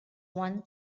one